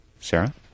Sarah